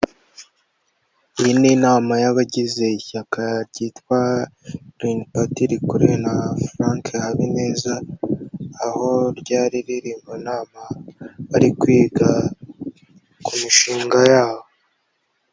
Iyi ni inama y'abagize ishyaka ryitwa Green Party rikuriwe na Frank Habineza aho ryari riri mu nama bari kwiga ku mishinga yabo.